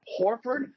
Horford